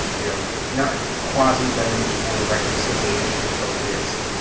you know, not quasi dunninger school reconciliation focused.